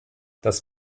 das